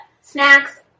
snacks